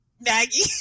Maggie